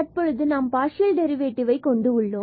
தற்பொழுது நாம் partial derivative ஐ கொண்டு உள்ளோம்